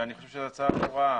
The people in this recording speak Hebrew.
ואני חושב שזו הצעה לא רעה,